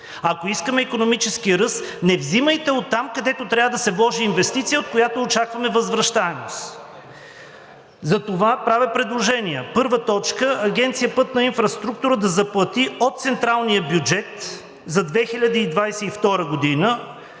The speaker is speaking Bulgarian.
Ако искаме икономически ръст, не взимайте оттам, където трябва да се вложи инвестиция, от която очакваме възвръщаемост. Затова правя предложение. Първа точка: „Агенция „Пътна инфраструктура“ да заплати от централния бюджет за 2022 г.“